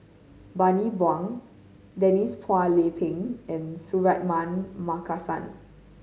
Bani Buang Denise Phua Lay Peng and Suratman Markasan